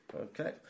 Okay